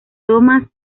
thomas